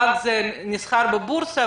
בנק נסחר בבורסה,